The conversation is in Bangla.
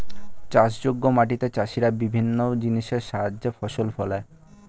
চাষযোগ্য মাটিতে চাষীরা বিভিন্ন জিনিসের সাহায্যে শস্য ফলায়